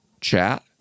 chat